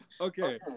Okay